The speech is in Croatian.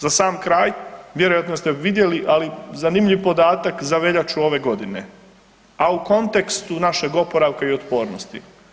Za sam kraj, vjerojatno ste vidjeli, ali zanimljiv podatak za veljaču ove godine, a u kontekstu našeg oporavka i otpornosti.